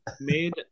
made